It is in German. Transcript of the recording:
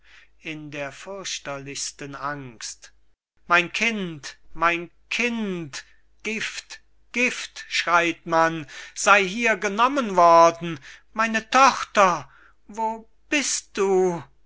mein kind mein kind gift gift schreit man sei hier genommen worden meine tochter wo bist du